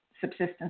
subsistence